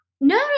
No